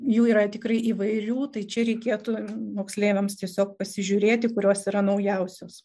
jų yra tikrai įvairių tai čia reikėtų moksleiviams tiesiog pasižiūrėti kurios yra naujausios